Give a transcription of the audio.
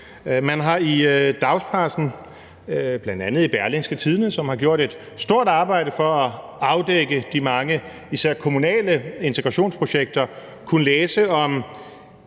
Man har i dagspressen – bl.a. i Berlingske Tidende, som har gjort et stort arbejde for at afdække de mange især kommunale integrationsprojekter – kunnet læse om